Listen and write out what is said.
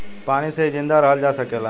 पानी से ही जिंदा रहल जा सकेला